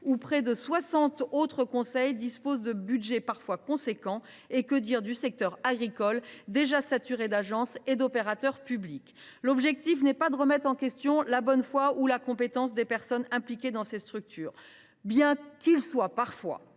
près de soixante autres conseils disposent de budgets parfois importants. Que dire également du secteur agricole, déjà saturé d’agences et d’opérateurs publics ? L’objectif n’est pas de remettre en question la bonne foi ou la compétence des personnes impliquées dans ces structures, bien qu’il soit parfois